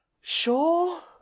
sure